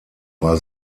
war